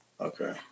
Okay